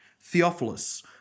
Theophilus